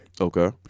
Okay